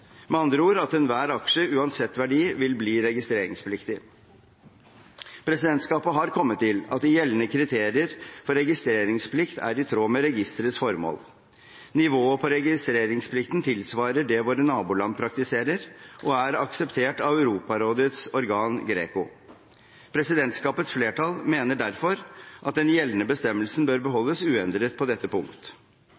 med andre ord at enhver aksje, uansett verdi, vil bli registreringspliktig. Presidentskapet har kommet til at de gjeldende kriterier for registreringsplikt er i tråd med registerets formål. Nivået på registreringsplikten tilsvarer det våre naboland praktiserer, og er akseptert av Europarådets organ GRECO. Presidentskapets flertall mener derfor at den gjeldende bestemmelsen bør